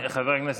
תודה, חבר הכנסת.